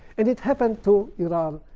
and it happened to iran